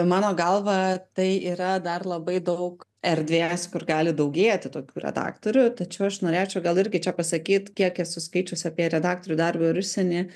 mano galva tai yra dar labai daug erdvės kur gali daugėti tokių redaktorių tačiau aš norėčiau gal irgi čia pasakyt kiek esu skaičius apie redaktorių darbą ir užsienį